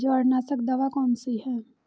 जवारनाशक दवा कौन सी है?